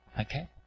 Okay